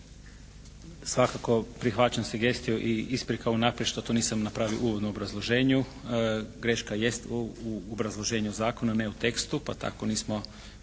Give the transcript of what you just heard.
svakako prihvaćam sugestiju i isprika unaprijed što to nisam napravio u uvodnom obrazloženju. Greška jest u obrazloženju zakona, ne u tekstu, pa tako nismo